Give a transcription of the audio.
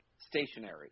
stationary